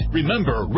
Remember